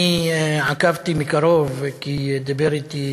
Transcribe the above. אני עקבתי מקרוב, כי דיבר אתי